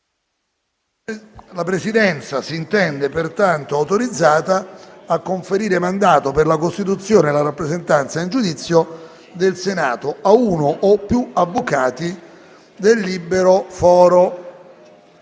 La Presidenza si intende pertanto autorizzata a conferire mandato, per la costituzione e la rappresentanza in giudizio del Senato, ad uno o più avvocati del libero foro.